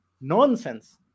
nonsense